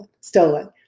stolen